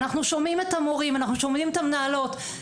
אנחנו שומעים את המורים, אנחנו שומעים את המנהלות.